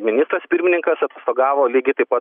ministras pirmininkas atostogavo lygiai taip pat